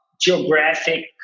geographic